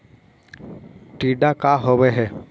टीडा का होव हैं?